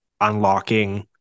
unlocking